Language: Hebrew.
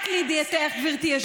רק לידיעתך, גברתי היושבת-ראש.